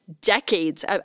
decades